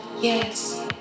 yes